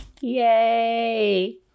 yay